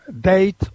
date